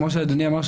כמו שאדוני אמר,